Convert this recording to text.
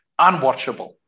Unwatchable